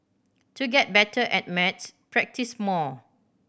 to get better at maths practise more